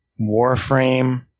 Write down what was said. Warframe